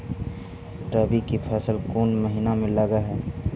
रबी की फसल कोन महिना में लग है?